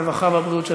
הרווחה והבריאות של